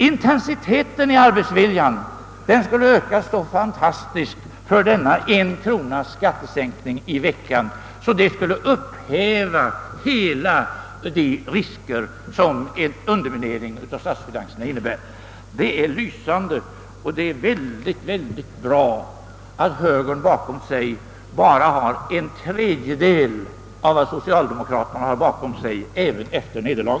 Intensiteten i arbetsviljan skulle ökas så fantastiskt på grund av denna skattesänkning på en krona i veckan att alla de risker som en underminering av statsfinanserna innebär skulle upphävas. Det är. lysande och mycket, mycket bra att högern bakom sig bara har en tredjedel av folket i jämförelse med =:socialdemokraterna även efter deras nederlag.